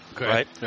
right